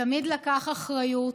תמיד לקח אחריות,